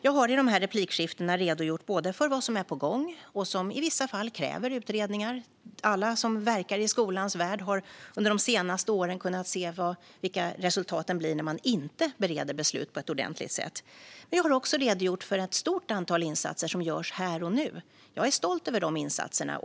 Jag har i mina inlägg redogjort både för vad som är på gång och för vad som i vissa fall kräver utredningar. Alla som verkar i skolans värld har under de senaste åren kunnat se vilka resultaten blir när man inte bereder beslut på ett ordentligt sätt. Jag har också redogjort för ett stort antal insatser som görs här och nu. Jag är stolt över dessa insatser.